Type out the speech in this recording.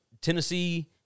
Tennessee